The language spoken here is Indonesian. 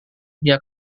dia